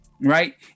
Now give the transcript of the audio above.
Right